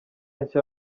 nshya